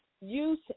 use